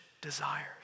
desires